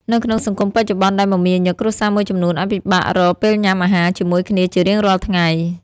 នៅក្នុងសង្គមបច្ចុប្បន្នដែលមមាញឹក គ្រួសារមួយចំនួនអាចពិបាករកពេលញ៉ាំអាហារជាមួយគ្នាជារៀងរាល់ថ្ងៃ។